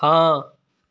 ਹਾਂ